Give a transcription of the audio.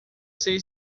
sei